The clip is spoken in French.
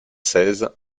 seize